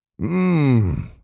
Mmm